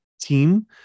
team